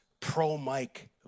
pro-Mike